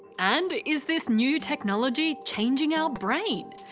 and is this new technology changing our brains?